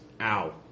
Ow